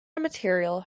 material